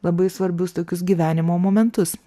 labai svarbius tokius gyvenimo momentus